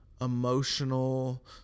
emotional